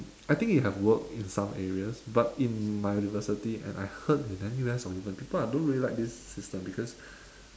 I think it have worked in some areas but in my university and I heard in N_U_S or even people are don't really like this system because